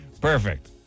Perfect